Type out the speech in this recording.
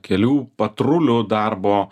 kelių patrulių darbo